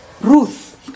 Ruth